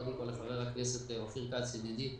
קודם כל לחבר הכנסת אופיר כץ ידידי.